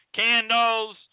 candles